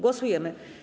Głosujemy.